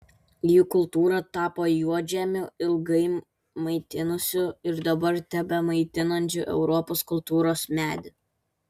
jų kultūra tapo juodžemiu ilgai maitinusiu ir dabar tebemaitinančiu europos kultūros medį